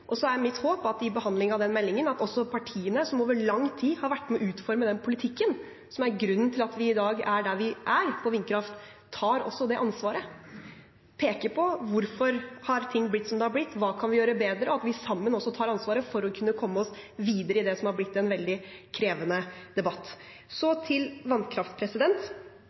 er mitt håp i behandlingen av den meldingen at også partiene som over lang tid har vært med på å utforme den politikken – som er grunnen til at vi i dag er der vi er på vindkraft – også tar det ansvaret, peker på hvorfor ting har blitt som det har blitt, hva vi kan gjøre bedre, og at vi sammen tar ansvar for å komme oss videre i det som har blitt en veldig krevende debatt. Så til vannkraft: